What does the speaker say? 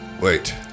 wait